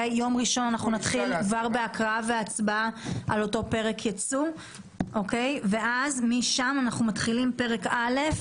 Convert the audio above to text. ביום ראשון נתחיל בהקראה והצבעה על אותו פרק ייצוא ומשם נתחיל בפרק א',